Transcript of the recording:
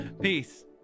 Peace